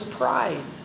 pride